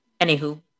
Anywho